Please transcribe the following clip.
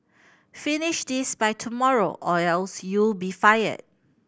finish this by tomorrow or else you'll be fired